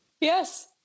Yes